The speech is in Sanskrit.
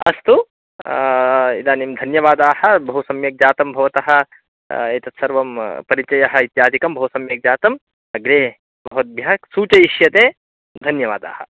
अस्तु इदानीं धन्यवादाः बहु सम्यक् जातं भवतः एतत्सर्वं परिचयः इत्यादिकं बहु सम्यक् जातं अग्रे भवद्भ्यः सूचयिष्यते धन्यवादाः